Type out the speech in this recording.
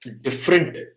different